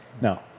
No